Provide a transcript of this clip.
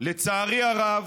יושב-ראש רשימה,